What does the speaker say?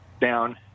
down